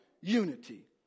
unity